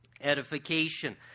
edification